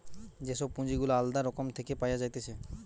যে সব পুঁজি গুলা আলদা রকম থেকে পাওয়া যাইতেছে